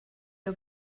you